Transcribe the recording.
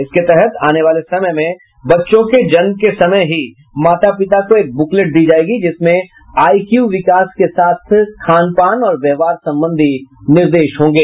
इसके तहत आने वाले समय में बच्चों के जन्म के समय ही माता पिता को एक बुकलेट दी जायेगी जिसमें आई क्यू विकास के साथ खान पान और व्यवहार संबंधी निर्देश होंगे